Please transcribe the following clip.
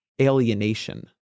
alienation